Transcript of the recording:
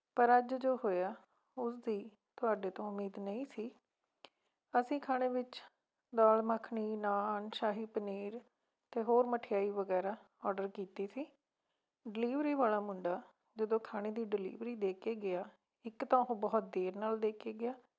ਪਰ ਅੱਜ ਜੋ ਹੋਇਆ ਉਸਦੀ ਤੁਹਾਡੇ ਤੋਂ ਉਮੀਦ ਨਹੀਂ ਸੀ ਅਸੀਂ ਖਾਣੇ ਵਿੱਚ ਦਾਲ ਮੱਖਣੀ ਨਾਨ ਸ਼ਾਹੀ ਪਨੀਰ ਅਤੇ ਹੋਰ ਮਠਿਆਈ ਵਗੈਰਾ ਔਡਰ ਕੀਤੀ ਸੀ ਡਿਲੀਵਰੀ ਵਾਲਾ ਮੁੰਡਾ ਜਦੋਂ ਖਾਣੇ ਦੀ ਡਿਲੀਵਰੀ ਦੇ ਕੇ ਗਿਆ ਇੱਕ ਤਾਂ ਉਹ ਬਹੁਤ ਦੇਰ ਨਾਲ ਦੇ ਕੇ ਗਿਆ